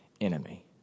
enemy